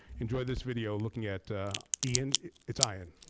enjoy this video looking at ian it's ah ian.